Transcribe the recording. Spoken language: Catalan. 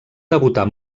debutar